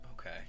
okay